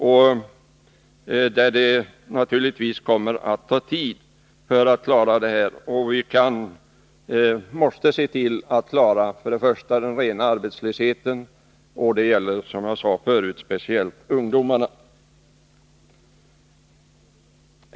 Det kommer naturligtvis att ta tid att klara detta, och vi måste först och främst se till att minska den rena arbetslösheten. Det gäller, som jag sade förut, speciellt ungdomarnas.